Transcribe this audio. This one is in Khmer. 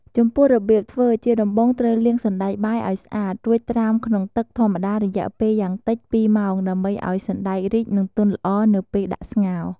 ចំពោះរបៀបធ្វើ ជាដំបូងត្រូវលាងសណ្ដែកបាយឱ្យស្អាត រួចត្រាំក្នុងទឹកធម្មតារយៈពេលយ៉ាងតិច ២ម៉ោងដើម្បីឱ្យសណ្តែករីក និងទន់ល្អនៅពេលដាក់ស្ងោរ។